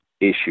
issue